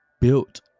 built